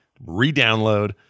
re-download